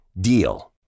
DEAL